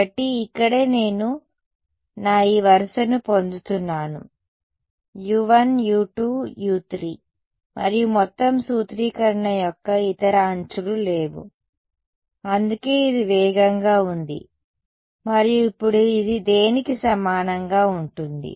కాబట్టి ఇక్కడే నేను నా ఈ వరుసను పొందుతున్నాను u1 u2 u3 మరియు మొత్తం సూత్రీకరణ యొక్క ఇతర అంచులు లేవు అందుకే ఇది వేగంగా ఉంది మరియు ఇప్పుడు ఇది దేనికి సమానంగా ఉంటుంది